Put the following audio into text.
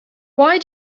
why